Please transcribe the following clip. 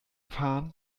fahren